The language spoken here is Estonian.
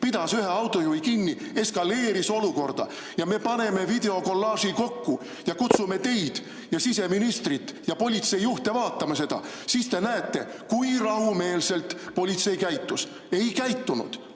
pidas ühe autojuhi kinni, eskaleeris olukorda. Me paneme videokollaaži kokku ja kutsume teid ja siseministrit ja politseijuhte vaatama seda. Siis te näete, kui rahumeelselt politsei käitus. Ei käitunud,